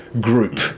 group